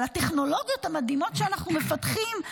הטכנולוגיות המדהימות שאנחנו מפתחים,